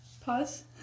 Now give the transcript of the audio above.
Pause